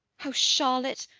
oh, charlotte,